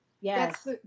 yes